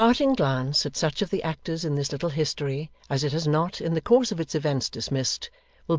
a parting glance at such of the actors in this little history as it has not, in the course of its events, dismissed,